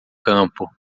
campo